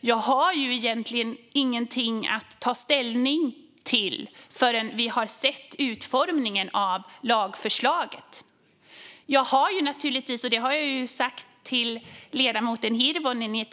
Jag har egentligen inget att ta ställning till förrän vi har sett utformningen av lagförslaget. Vi är naturligtvis för skolbibliotek, bemannade skolbibliotek.